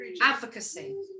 advocacy